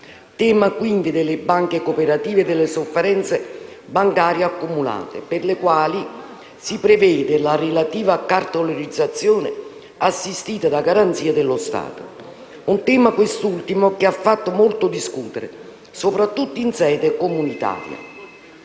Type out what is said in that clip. è quello delle banche cooperative e delle sofferenze bancarie accumulate, per le quali si prevede la relativa cartolarizzazione assistita da garanzie dello Stato. Un tema, quest'ultimo, che ha fatto molto discutere, soprattutto in sede comunitaria,